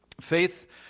Faith